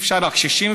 הקשישים,